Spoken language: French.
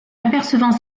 apercevant